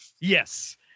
Yes